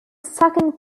second